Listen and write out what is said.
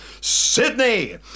Sydney